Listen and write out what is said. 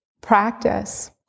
Practice